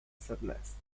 sadness